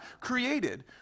created